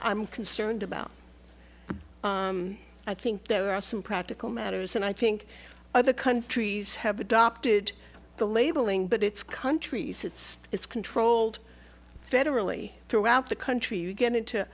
i'm concerned about i think there are some practical matters and i think other countries have adopted the labeling but it's countries it's it's controlled federally throughout the country to get into